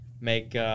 make –